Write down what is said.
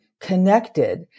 connected